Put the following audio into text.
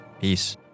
Peace